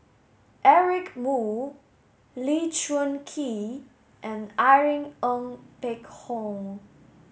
Eric Moo Lee Choon Kee and Irene Ng Phek Hoong